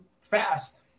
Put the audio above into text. fast